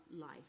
life